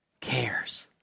cares